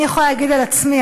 אני יכולה להגיד על עצמי,